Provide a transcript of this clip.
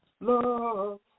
love